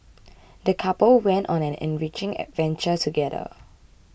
the couple went on an enriching adventure together